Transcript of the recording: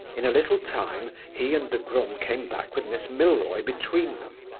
in a little time he and the groom came back with miss milroy between them,